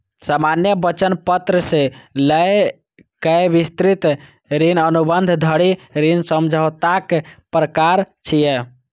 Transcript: सामान्य वचन पत्र सं लए कए विस्तृत ऋण अनुबंध धरि ऋण समझौताक प्रकार छियै